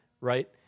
right